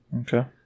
Okay